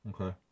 Okay